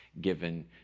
given